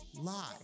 lie